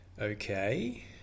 Okay